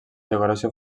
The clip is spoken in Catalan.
decoració